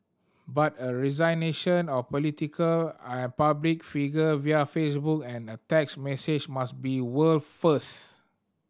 but a resignation of politician and public figure via Facebook and a text message must be world first